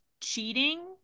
cheating